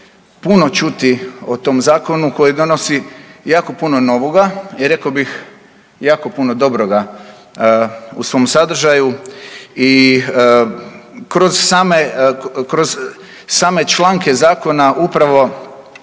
puno čuti o tom zakonu koji donosi jako puno novoga i rekao bih jako puno dobroga u svom sadržaju. I kroz same članke zakona upravo